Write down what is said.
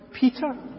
Peter